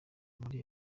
muri